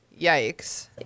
yikes